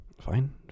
Fine